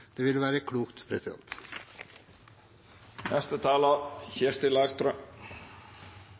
Det vil være klokt.